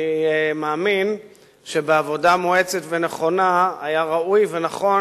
אני מאמין שבעבודה מואצת ונכונה היה ראוי ונכון